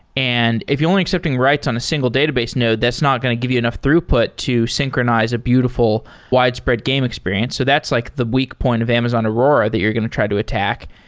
and if you're only accepting writes on a single database node, that's not going to give you enough throughput to synchronize a beautiful widespread game experience. so that's like the weak point of amazon aurora that you're going to try to attack.